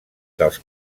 dels